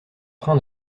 train